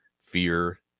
fear